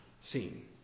seen